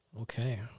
Okay